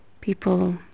people